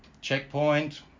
checkpoint